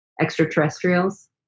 extraterrestrials